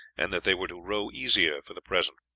and that they were to row easier for the present.